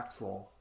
impactful